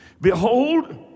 Behold